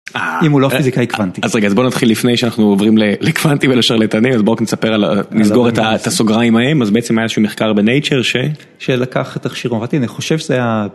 אם הוא לא כדי קוונטי אז רגע בוא נתחיל לפני שאנחנו עוברים לקוונטי ולשרלטני בוא תספר על ה.. נסגור את הסוגריים ההם, אז בעצם היה איזה שהוא מחקר בנייצ'ר ש..., שלקח תחישוב המתאים חושב שזה.